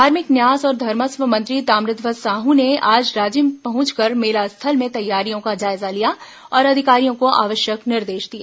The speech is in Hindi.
धार्मिक न्यास और धर्मस्व मंत्री ताम्रध्वज साहू ने आज राजिम पहुंचकर मेला स्थल में तैयारियों का जायजा लिया और अधिकारियों को आवश्यक निर्देश दिए